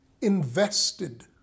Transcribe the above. invested